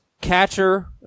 Catcher